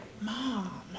mom